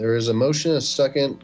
there is a motion a second